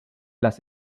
las